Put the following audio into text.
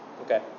Okay